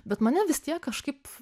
bet mane vis tiek kažkaip